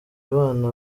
abana